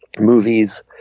movies